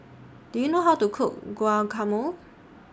Do YOU know How to Cook Guacamole